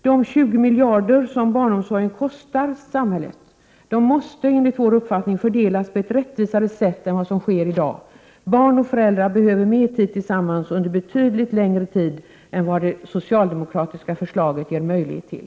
De 20 miljarder som barnomsorgen kostar samhället måste enligt vår uppfattning fördelas på ett rättvisare sätt än vad som sker i dag. Barn och föräldar behöver mer tid tillsammans betydligt längre än vad det socialdemokratiska förslaget ger möjlighet till.